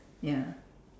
ya